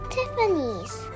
Tiffany's